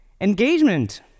Engagement